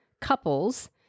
couples